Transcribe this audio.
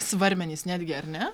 svarmenys netgi ar ne